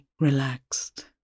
Relaxed